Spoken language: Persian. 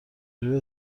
جوری